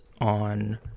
on